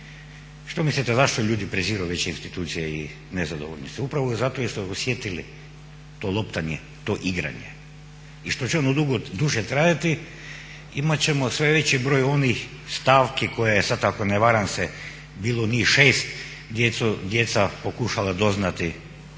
Što mislite zašto ljudi preziru veće institucije i nezadovoljni su? Upravo zato jer su osjetili to loptanje to igranje. I što se ono duže trajati imat ćemo sve veći broj onih stavki koje sada ako ne varam se bilo njih 6, djeca pokušala doznati